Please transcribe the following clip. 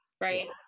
Right